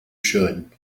should